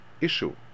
issue